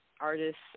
artists